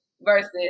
versus